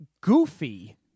Goofy